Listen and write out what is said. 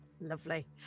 Lovely